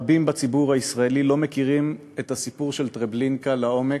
רבים בציבור הישראלי לא מכירים את הסיפור של טרבלינקה לעומק,